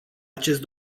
acest